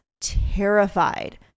terrified